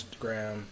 Instagram